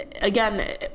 again